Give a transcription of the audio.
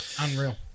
unreal